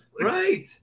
Right